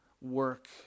work